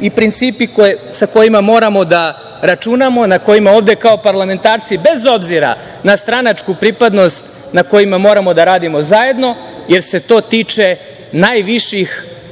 i principi sa kojima moramo da računamo, na kojima ovde kao parlamentarci, bez obzira na stranačku pripadnost, na kojima moramo da radimo zajedno, jer se to tiče najviših